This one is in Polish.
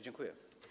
Dziękuję.